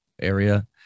area